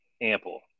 ample